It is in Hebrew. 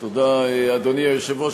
אדוני היושב-ראש,